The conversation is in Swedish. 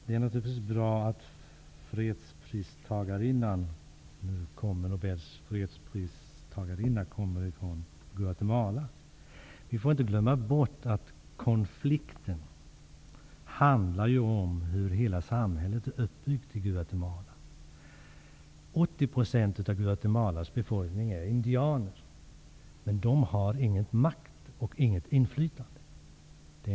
Det är naturligtvis bra att nobelfredspristagarinnan kommer från Guatemala, men vi får inte glömma bort att konflikten handlar om hur hela det guatemalanska samhället är uppbyggt. 80 % av Guatemalas befolkning är indianer, men de har ingen makt och inget inflytande.